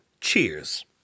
Cheers